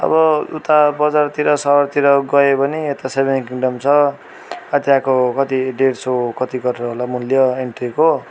अब उता बजारतिर सहरतिर गयो भने यता सेभेन किङडम छ त्यहाँको कति डेढ सय कति गरेर होला मुल्य एन्ट्रीको